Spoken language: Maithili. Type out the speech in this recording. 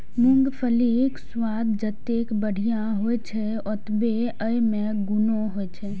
मूंगफलीक स्वाद जतेक बढ़िया होइ छै, ओतबे अय मे गुणो होइ छै